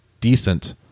decent